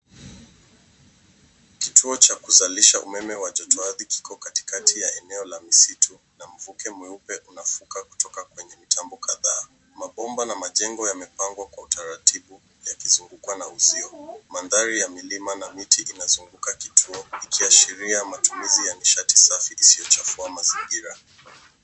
Kituo chuo cha kuzalisha umeme wa joto ardhi kiko katikati ya eneo la misitu na mvuke mweupe unafuka kutoka kwenye mitambo kadhaa. Mabomba na majengo yamepangwa kwa utaratibu ya kizungukwa na uzio. Mandhari ya milima na miti inazunguka kituo ikiashiria matumizi ya nishati safi ilisiyochafua mazingira.